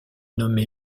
nommé